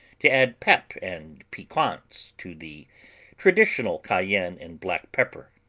to add pep and piquance to the traditional cayenne and black pepper.